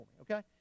okay